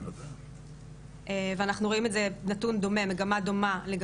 אנחנו רואים נתון דומה,